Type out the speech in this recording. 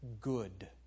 good